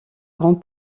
grand